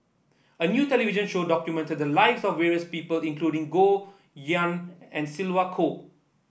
a new television show documented the lives of various people including Goh Yihan and Sylvia Kho